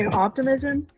and optimism.